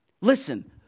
Listen